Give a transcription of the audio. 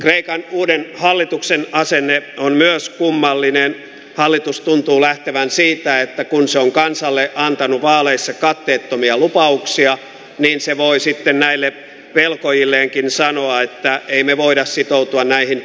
kreikan uuden hallituksen asenne on myös kummallinen hallitus tuntuu lähtevän siitä että kun se on kansalle antanut vaaleissa katteettomia lupauksia niin se voi sitten näille velkojilleenkin sanoa että ei me voida sitoutua näihin